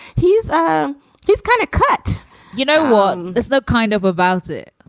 he's um he's kind of cut you know what? there's no kind of about it.